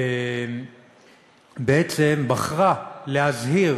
בעצם בחרה להזהיר